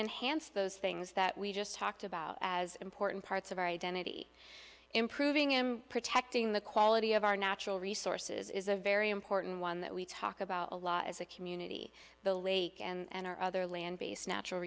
enhance those things that we just talked about as important parts of our identity improving him protecting the quality of our natural resources is a very important one that we talk about a lot as a community the lake and our other land based natural